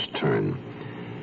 turn